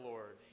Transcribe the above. Lord